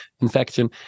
infection